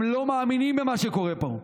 הם לא מאמינים במה שקורה פה.